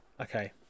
Okay